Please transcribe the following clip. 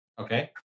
Okay